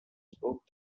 spoke